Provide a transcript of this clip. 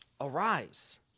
arise